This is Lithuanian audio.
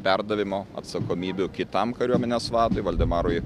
perdavimo atsakomybių kitam kariuomenės vadui valdemarui